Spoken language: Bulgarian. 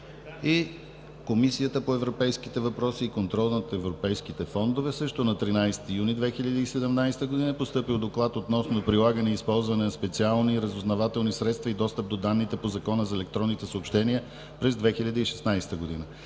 и Комисията по европейските въпроси и контрол на европейските фондове. На 13 юни 2017 г. е постъпил Доклад относно прилагане и използване на специални разузнавателни средства и достъп до данните по Закона за електронните съобщения през 2016 г.